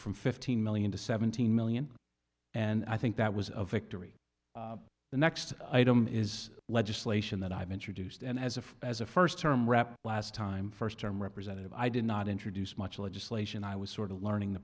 from fifteen million to seventeen million and i think that was a victory the next item is legislation that i've introduced and as a as a first term rap last time first term representative i did not introduce much legislation i was sort of learning the